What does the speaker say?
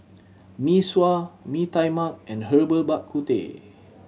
Mee Sua Mee Tai Mak and Herbal Bak Ku Teh